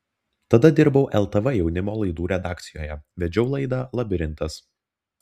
tada dirbau ltv jaunimo laidų redakcijoje vedžiau laidą labirintas